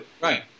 right